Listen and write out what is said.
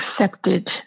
accepted